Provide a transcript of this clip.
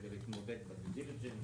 כדי להתמודד בדיו דיליג'נס,